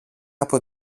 από